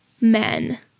men